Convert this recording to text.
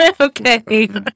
Okay